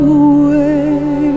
away